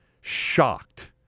shocked